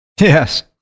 Yes